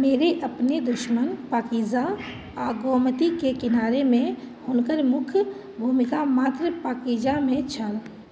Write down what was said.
मेरे अपने दुश्मन पाकीजा आओर गोमतीके किनारे मे हुनकर मुख्य भूमिका मात्र पाकीजामे छल